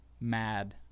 mad